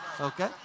Okay